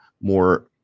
more